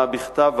הבעה בכתב,